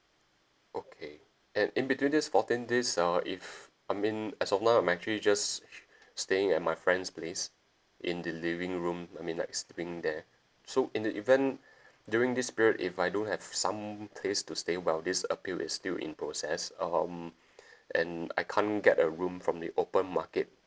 okay and in between this fourteen days uh if I mean as of now I'm actually just staying at my friend's place in the living room I mean like sleeping there so in the event during this period if I don't have some place to stay while this appeal is still in process um and I can't get a room from the open market